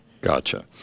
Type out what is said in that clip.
Gotcha